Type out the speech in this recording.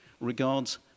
regards